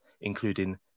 including